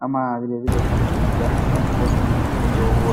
Ama vile vile ukitengenezwa na pasipoti ndio